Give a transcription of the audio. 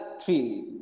three